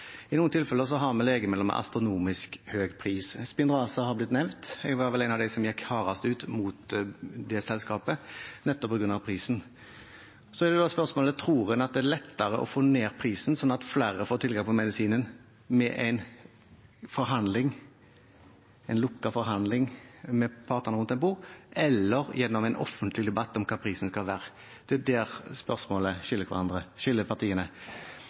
I noen tilfeller har vi legemidler med astronomisk høy pris. Spinraza har blitt nevnt. Jeg var vel en av dem som gikk hardest ut mot det selskapet, nettopp på grunn av prisen. Spørsmålet er: Tror en at det er lettere å få ned prisen – slik at flere får tilgang på medisinen – gjennom en lukket forhandling med partene rundt et bord, eller gjennom en offentlig debatt om hva prisen skal være? Det spørsmålet skiller partiene. Hvis en går inn og ser på hva partiene